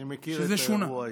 אני מכיר את האירוע היטב.